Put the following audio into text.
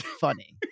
funny